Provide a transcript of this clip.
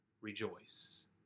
rejoice